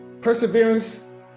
perseverance